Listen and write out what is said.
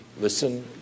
Listen